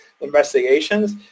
investigations